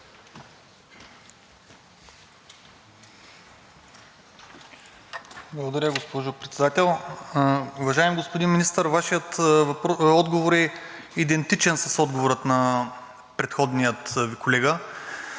Благодаря, госпожо Председател. Уважаеми господин Министър, Вашият отговор е идентичен с отговора на предходния Ви колега.